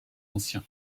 ancien